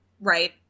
Right